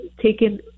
taken